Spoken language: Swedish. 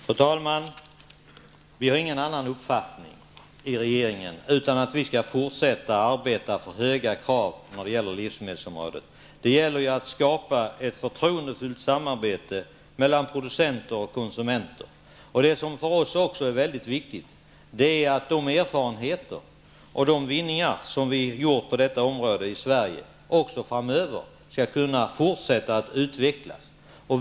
Fru talman! Regeringen har ingen annan uppfattning än att vi skall fortsätta att arbeta för höga krav inom livsmedelsområdet. Det gäller att skapa ett förtroendefullt samarbete mellan producenter och konsumenter. Det är för oss också mycket viktigt att de erfarenheter och de vinningar som vi gjort på detta område i Sverige även framöver skall kunna fortsätta att utvecklas.